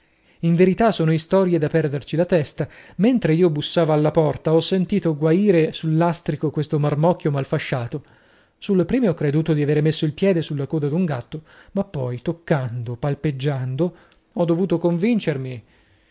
in verità sono istorie da perderci la testa mentre io bussava alla porta ho sentito guaire sul lastrico questo marmocchio mal fasciato sulle prime ho creduto di aver messo il piede sulla coda d'un gatto ma poi toccando palpeggiando ho dovuto convincermi